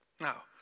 Now